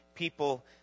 People